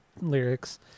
lyrics